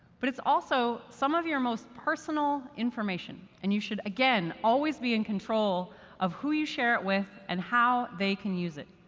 but it's also some of your most personal information. and you should, again, always be in control of who you share it with and how they can use it.